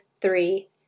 three